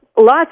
lots